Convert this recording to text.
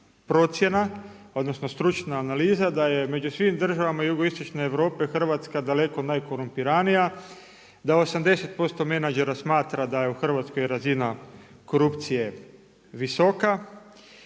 procjena, odnosno stručna analiza da je među svim državama jugoistočne Europe Hrvatska daleko najkorumpiranija, da 80% menadžera smatra da je u Hrvatskoj razina korupcije visoka.